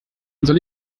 soll